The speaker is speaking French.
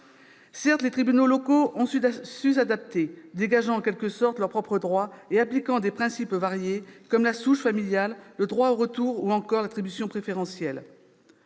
Certes, les tribunaux locaux ont su s'adapter, dégageant en quelque sorte leur propre droit, et appliquant des principes variés comme la souche familiale, le droit au retour ou encore l'attribution préférentielle.